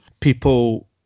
people